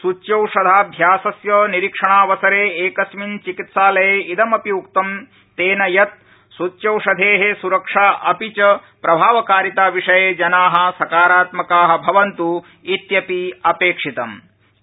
सूच्यौषधाभ्यासस्य निरीक्षणावसरे एकस्मिन् चिकित्सालये इदमपि उक्तं यत् सुच्यौषधे सुरक्षा अपि च प्रभावकारिता विषये जना सकारात्मका भवन्त् इत्यपि अपेक्षितम तेन